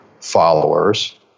followers